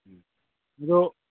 ꯎꯝ ꯑꯗꯣ